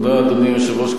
אדוני היושב-ראש,